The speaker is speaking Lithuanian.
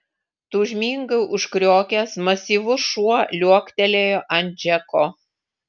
tūžmingai užkriokęs masyvus šuo liuoktelėjo ant džeko